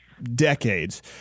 decades